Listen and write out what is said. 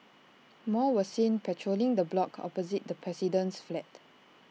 more were seen patrolling the block opposite the president's flat